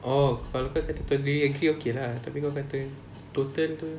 orh kalau kau kata totally agree okay lah tapi kalau kau kata total tu